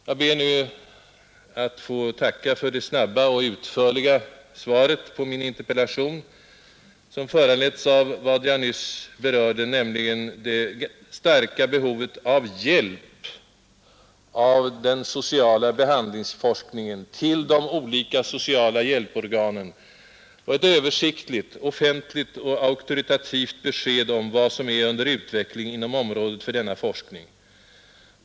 Jag ber att få tacka socialministern för det snabba och utförliga svaret på min interpellation, som föranletts av vad jag nyss berörde, nämligen det starka behovet av hjälp från den sociala behandlingsforskningen till de olika sociala hjälporganen och ett översiktligt, offentligt och auktoritativt besked om vad som är under utveckling inom området för denna forskning.